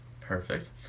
Perfect